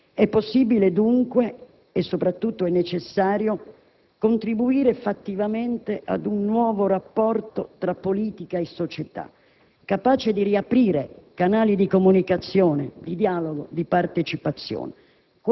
È possibile, dunque, e soprattutto è necessario, contribuire fattivamente ad un nuovo rapporto tra politica e società, capace di riaprire canali di comunicazione, di dialogo, di partecipazione.